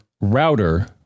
router